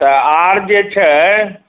तऽ आर जे छै